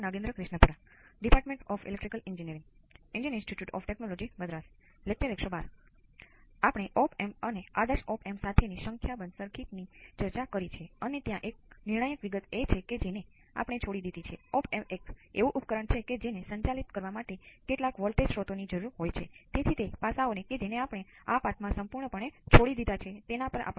હવે આપણે જુદા જુદા સમયે બહુવિધ સ્ત્રોતોના સ્વિચિંગ સાથેના ઉદાહરણ પર વિચાર કરીશું